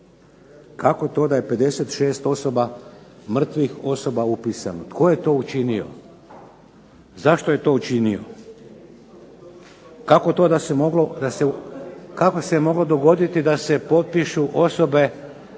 Kako to da je 65 mrtvih osoba upisano, tko je to učinio? Zašto je to učinio? Kako se moglo dogoditi da se potpišu osobe,